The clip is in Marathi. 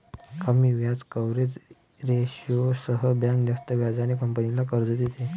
कमी व्याज कव्हरेज रेशोसह बँक जास्त व्याजाने कंपनीला कर्ज देते